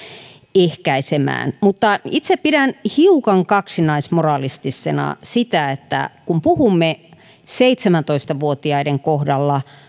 ehkäisemään mutta itse pidän hiukan kaksinaismoralistisena sitä että kun puhumme seitsemäntoista vuotiaiden kohdalla